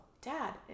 Dad